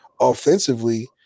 Offensively